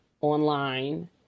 online